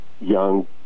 young